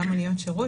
גם מוניות שירות,